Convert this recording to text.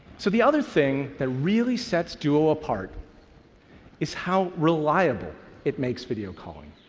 so the other thing that really sets duo apart is how reliable it makes video calling.